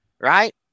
Right